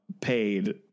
paid